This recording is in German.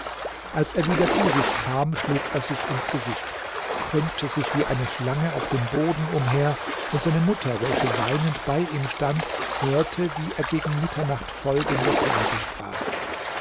als er wieder zu sich kam schlug er sich ins gesicht krümmte sich wie eine schlange auf dem boden umher und seine mutter welche weinend bei ihm stand hörte wie er gegen mitternacht folgende verse sprach